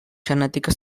genètiques